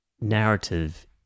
narrative